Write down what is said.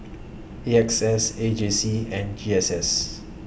A X S A J C and G S S